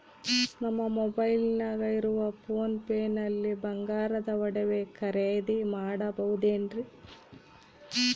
ನಮ್ಮ ಮೊಬೈಲಿನಾಗ ಇರುವ ಪೋನ್ ಪೇ ನಲ್ಲಿ ಬಂಗಾರದ ಒಡವೆ ಖರೇದಿ ಮಾಡಬಹುದೇನ್ರಿ?